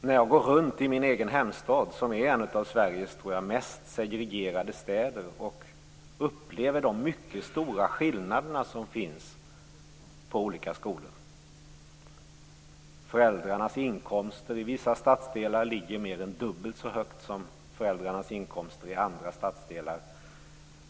När jag går runt i min hemstad, som jag tror är en av Sveriges mest segregerade städer, upplever jag de mycket stora skillnaderna på olika skolor. Föräldrarnas inkomster är i vissa stadsdelar mer än dubbelt så höga som inkomsterna för föräldrar i andra stadsdelar.